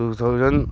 two thousand